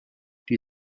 die